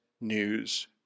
news